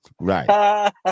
right